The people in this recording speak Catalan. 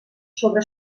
sobre